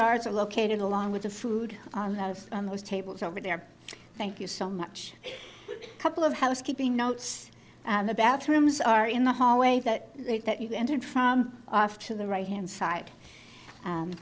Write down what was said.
jars are located along with the food on those tables over there thank you so much a couple of housekeeping notes and the bathrooms are in the hallway that they that you entered from off to the right hand side